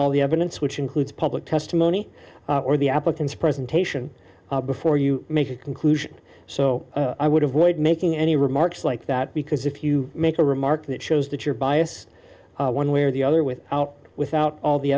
all the evidence which includes public testimony or the applicant's presentation before you make a conclusion so i would avoid making any remarks like that because if you make a remark that shows that you're bias one way or the other with out without all the